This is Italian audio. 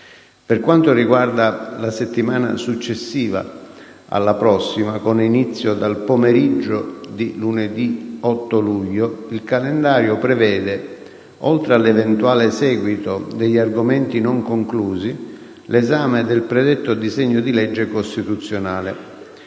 Per quanto riguarda la settimana successiva alla prossima, con inizio dal pomeriggio di lunedì 8 luglio, il calendario prevede, oltre all'eventuale seguito degli argomenti non conclusi, l'esame del predetto disegno di legge costituzionale.